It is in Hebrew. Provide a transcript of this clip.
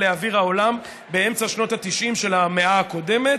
לאוויר העולם באמצע שנות ה-90 של המאה הקודמת,